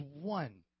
one